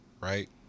right